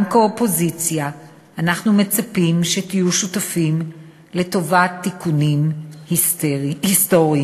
גם כאופוזיציה אנחנו מצפים שתהיו שותפים לטובת תיקונים היסטוריים.